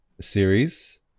Series